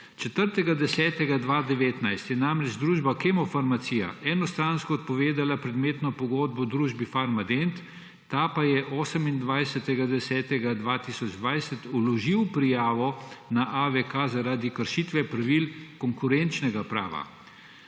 4. 10. 2019 je namreč družba Kemofarmacija enostransko odpovedala predmetno pogodbo družbi Farmadent, ta pa je 28. 10. 2020 vložil prijavo na AVK zaradi kršitve pravil konkurenčnega prava.